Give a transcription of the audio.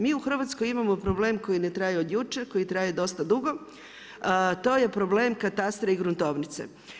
Mi u Hrvatskoj imamo problem koji ne traje od jučer koji traje dosta dugo, to je problem katastra i gruntovnice.